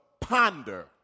ponder